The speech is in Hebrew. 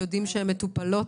אתם יודעים שהפניות מטופלות?